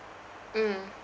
mm